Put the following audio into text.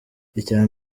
icya